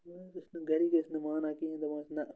مےٚ حظ ٲسۍ نہٕ گَرِکھ ٲسۍ نہٕ مانان کِہیٖنۍ دَپان ٲسۍ نہ